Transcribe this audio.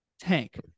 tank